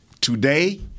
Today